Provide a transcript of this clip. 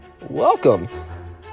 Welcome